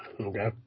Okay